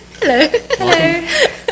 Hello